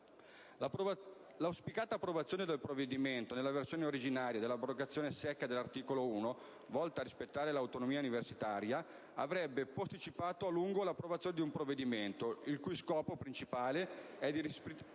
L'auspicata approvazione del provvedimento nella versione originaria dell'abrogazione secca dell'articolo l-*septies*, volta a rispettare l'autonomia universitaria, avrebbe posticipato a lungo l'approvazione di un provvedimento, il cui scopo principale è di ripristinare